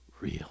real